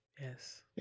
Yes